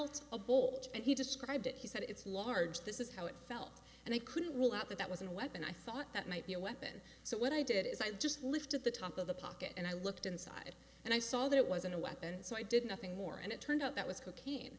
felt a bolt and he described it he said it's large this is how it felt and i couldn't rule out that that wasn't a weapon i thought that might be a weapon so what i did is i just lifted the top of the pocket and i looked inside and i saw that it wasn't a weapon and so i did nothing more and it turned out that was cocaine